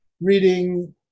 reading